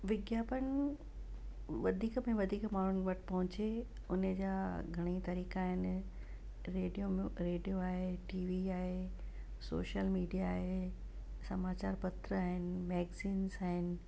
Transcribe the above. विज्ञापन वधीक में वधीक माण्हुनि वटि पहुचे हुनजा घणेई तरीक़ा आहिनि रेडियो में रेडियो आहे टी वी आहे सोशल मीडिया आहे समाचार पत्र आहिनि मैगजींस आहिनि